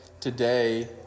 today